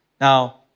Now